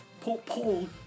Paul